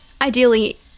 ideally